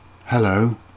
Hello